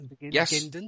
Yes